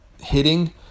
hitting